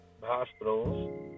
hospitals